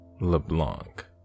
LeBlanc